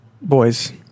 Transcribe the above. Boys